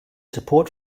support